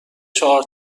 چهار